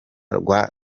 rwa